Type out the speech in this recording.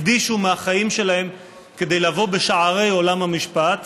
הקדישו מהחיים שלהם כדי לבוא בשערי עולם המשפט,